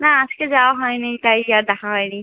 না আজকে যাওয়া হয় নি তাই আর দেখা হয় নি